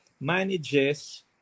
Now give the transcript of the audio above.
manages